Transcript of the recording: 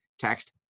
Text